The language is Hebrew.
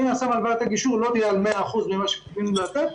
מן הסתם הלוואת הגישור לא תהיה על 100% ממה שקיווינו לתת,